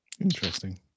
Interesting